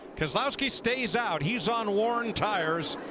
keselowski stays out. he is on worn tires.